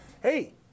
Hey